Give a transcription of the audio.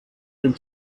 den